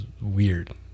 weird